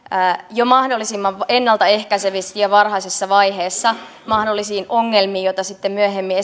jo mahdollisimman ennalta ehkäisevästi ja varhaisessa vaiheessa mahdollisiin ongelmiin joita sitten myöhemmin